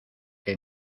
que